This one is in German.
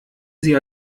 sie